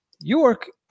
York